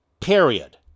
period